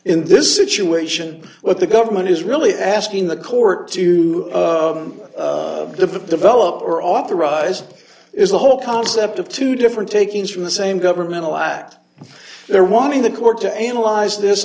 in this situation what the government is really asking the court to the developer authorized is the whole concept of two different takings from the same governmental act there wanting the court to analyze this